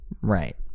Right